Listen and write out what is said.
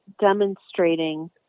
demonstrating